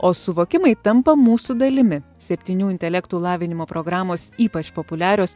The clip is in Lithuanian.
o suvokimai tampa mūsų dalimi septynių intelektų lavinimo programos ypač populiarios